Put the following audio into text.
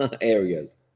areas